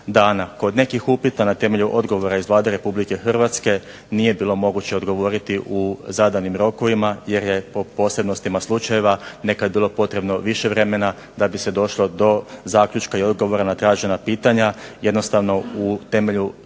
Kod nekih upita na temelju odgovora iz Vlade Republike Hrvatske nije bilo moguće odgovoriti u zadanim rokovima, jer je po posebnostima slučajeva nekad bilo potrebno više vremena da bi se došlo do zaključka i odgovora na tražena pitanja, jednostavno u temelju